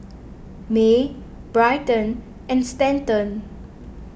Mae Bryton and Stanton